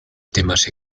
temas